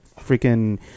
freaking